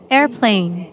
Airplane